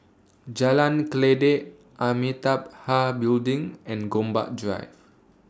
Jalan Kledek Amitabha Building and Gombak Drive